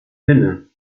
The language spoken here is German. hinne